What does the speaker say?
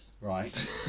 Right